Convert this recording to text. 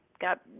Got